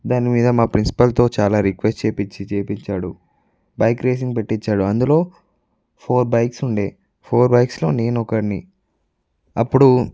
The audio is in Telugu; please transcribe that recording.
దాని మీద మాప్రిన్సిపల్తో చాలా రిక్వెస్ట్ చేయించి చేయించాడు బైక్ రేసింగ్ పెట్టించాడు అందులో ఫోర్ బైక్స్ ఉండే ఫోర్ బైక్స్లో నేను ఒకడిని అప్పుడు